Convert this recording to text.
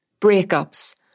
breakups